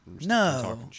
No